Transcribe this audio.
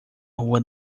rua